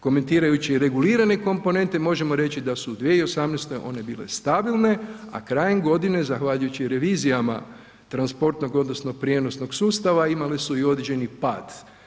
Komentirajući regulirane komponente možemo reći da su 2018. one bile stabilne, a krajem godine zahvaljujući revizijama transportnog odnosno prijenosnog sustava imale su i određeni pad.